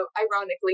ironically